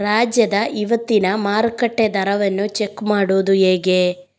ರಾಜ್ಯದ ಇವತ್ತಿನ ಮಾರುಕಟ್ಟೆ ದರವನ್ನ ಚೆಕ್ ಮಾಡುವುದು ಹೇಗೆ?